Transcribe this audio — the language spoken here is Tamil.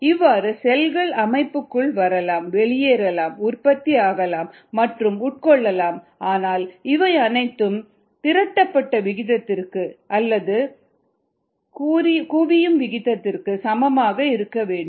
இவ்வாறு செல்கள் அமைப்புக்குள் வரலாம் வெளியேறலாம் உற்பத்தி ஆகலாம் மற்றும் உட்கொள்ளலாம் ஆனால் இவை அனைத்தும் திரட்டப்பட்ட விகிதத்திற்கு அல்லது கூறியும் விகிதத்திற்கு சமமாக இருக்க வேண்டும்